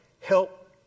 help